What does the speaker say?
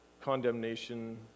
condemnation